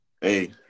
Hey